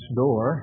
door